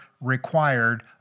required